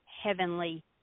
heavenly